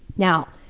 now,